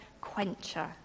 quencher